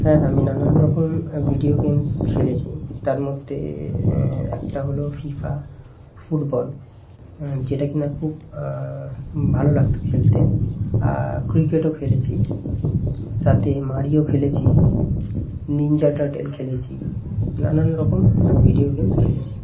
হ্যাঁ আমি নানান রকম ভিডিও গেমস খেলেছি তার মধ্যে একটা হলো ফিফা ফুটবল হ্যাঁ যেটা কি না খুব ভালো লাগতো খেলতে আর ক্রিকেটও খেলেছি সাথে মারিও খেলেছি নিনজা টার্টেল খেলেছি নানান রকম ভিডিও গেমস খেলেছি